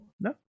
No